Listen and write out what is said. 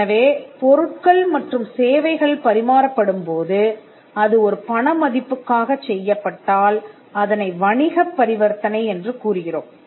எனவே பொருட்கள் மற்றும் சேவைகள் பரிமாறப்படும் போது அது ஒரு பணமதிப்புக்காகச் செய்யப்பட்டால் அதனை வணிகப் பரிவர்த்தனை என்று கூறுகிறோம்